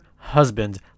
husband